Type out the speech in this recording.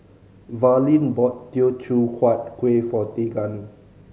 Verlene bought Teochew Huat Kuih for Teagan